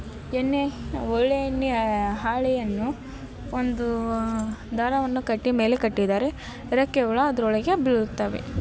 ಎಣ್ಣೆ ಒಳ್ಳೆಯ ಎಣ್ಣೆ ಹಾಳೆಯನ್ನು ಒಂದು ದಾರವನ್ನು ಕಟ್ಟಿ ಮೇಲೆ ಕಟ್ಟಿದರೆ ರೆಕ್ಕೆ ಹುಳ ಅದರೊಳಗೆ ಬೀಳುತ್ತವೆ